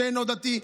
שאינו דתי,